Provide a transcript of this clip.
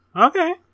Okay